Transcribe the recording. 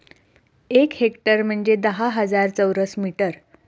एक हेक्टर म्हणजे दहा हजार चौरस मीटर